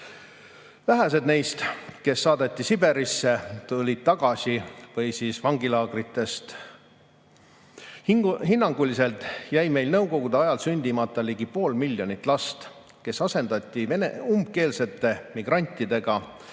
Vähesed neist, kes saadeti Siberisse või vangilaagritesse, tulid tagasi. Hinnanguliselt jäi meil nõukogude ajal sündimata ligi pool miljonit last, kes asendati umbkeelsete migrantidega.